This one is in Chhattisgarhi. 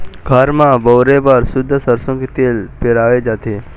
घर म बउरे बर सुद्ध सरसो के तेल पेरवाए जाथे